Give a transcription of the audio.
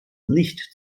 nicht